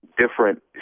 different